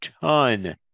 ton